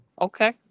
okay